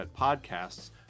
podcasts